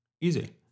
Easy